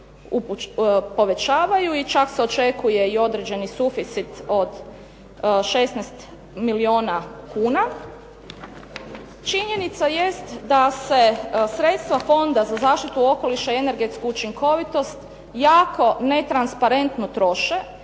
povećavaju i čak se očekuje i određeni suficit od 16 milijuna kuna, činjenica jest da se sredstva Fonda za zaštitu okoliša i energetsku učinkovitost jako netransparentno troše